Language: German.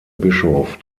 bischof